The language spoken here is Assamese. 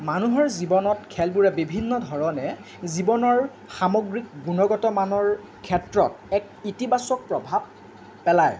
মানুহৰ জীৱনত খেলবোৰে বিভিন্ন ধৰণে জীৱনৰ সামগ্ৰীক গুণগত মানৰ ক্ষেত্ৰত এক ইতিবাচক প্ৰভাৱ পেলায়